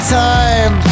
time